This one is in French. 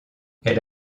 elle